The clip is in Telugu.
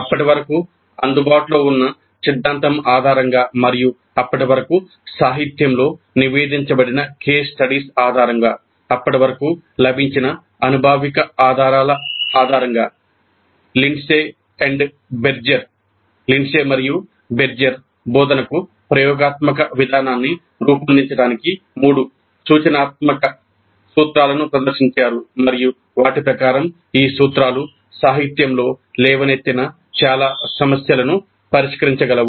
అప్పటి వరకు అందుబాటులో ఉన్న సిద్ధాంతం ఆధారంగా మరియు అప్పటి వరకు సాహిత్యంలో నివేదించబడిన కేస్ స్టడీస్ ఆధారంగా అప్పటి వరకు లభించిన అనుభావిక ఆధారాల ఆధారంగా లిండ్సే మరియు బెర్గెర్ బోధనకు ప్రయోగాత్మక విధానాన్ని రూపొందించడానికి మూడు సూచనాత్మక సూత్రాలను ప్రదర్శించారు మరియు వాటి ప్రకారం ఈ సూత్రాలు సాహిత్యంలో లేవనెత్తిన చాలా సమస్యలను పరిష్కరించగలవు